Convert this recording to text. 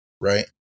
right